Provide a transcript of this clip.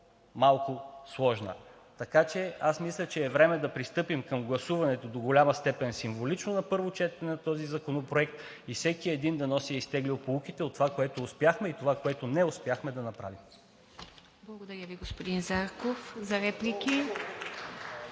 малко сложна. Така че аз мисля, че е време да пристъпим към гласуване – до голяма степен символично, на първо четене на този законопроект и всеки един дано си е изтеглил поуките от това, което успяхме, и това, което не успяхме да направим. (Ръкопляскания от „БСП за